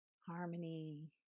Harmony